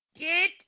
Get